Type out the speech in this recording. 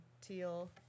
teal